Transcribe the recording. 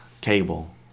cable